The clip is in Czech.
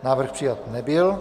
Návrh přijat nebyl.